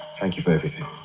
thank you for everything.